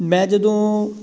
ਮੈਂ ਜਦੋਂ